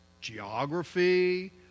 geography